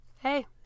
Hey